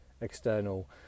external